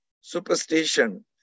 superstition